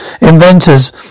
inventors